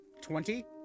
twenty